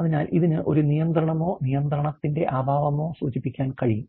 അതിനാൽ ഇതിന് ഒരു നിയന്ത്രണമോ നിയന്ത്രണത്തിന്റെ അഭാവമോ സൂചിപ്പിക്കാൻ കഴിയും